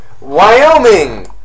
Wyoming